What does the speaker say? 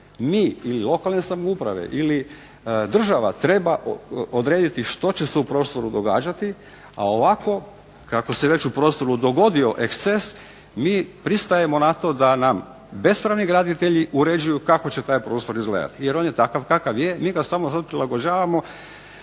Mi ili lokalne samouprave ili država treba odrediti što će se u prostoru događati, a ovako kako se već u prostoru dogodio eksces mi pristajemo na to da nam bespravni graditelji uređuju kako će taj prostor izgledati, jer on je takav kakav je. Mi ga samo sad prilagođavamo